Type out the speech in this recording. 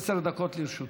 עשר דקות לרשותך.